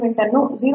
9 ರಿಂದ 1